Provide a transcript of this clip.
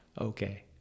okay